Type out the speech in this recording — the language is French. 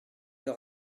leur